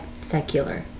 secular